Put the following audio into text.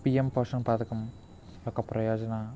PM పోషణ పథకం ఒక ప్రయోజనా